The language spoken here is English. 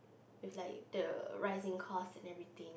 if like the rising cost and everything